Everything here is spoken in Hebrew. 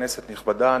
כנסת נכבדה,